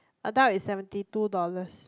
I doubt it's seventy two dollars